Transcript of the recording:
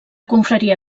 confraria